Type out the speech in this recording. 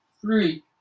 Three